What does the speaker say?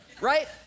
right